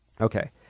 Okay